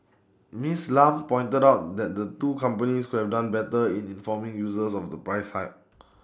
Ms Lam pointed out that the two companies could have done better in informing users of the price hike